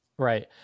Right